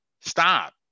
Stop